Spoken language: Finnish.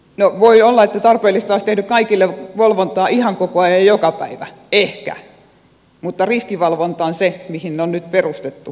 no voi olla että tarpeellista olisi tehdä kaikille valvontaa ihan koko ajan ja joka päivä ehkä mutta riskivalvonta on se mihin on nyt perustettu myöskin tämä laki